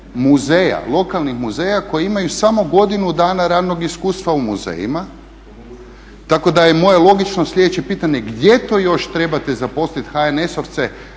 muzeja, lokalnih muzeja koji imaju samo godinu dana radnog iskustva u muzejima. Tako da je moje logično slijedeće pitanje gdje to još trebate zaposliti HNS-ovce